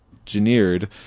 engineered